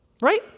Right